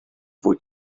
fwy